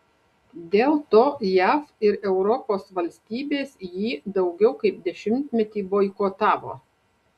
dėl to jav ir europos valstybės jį daugiau kaip dešimtmetį boikotavo